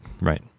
Right